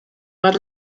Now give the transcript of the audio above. más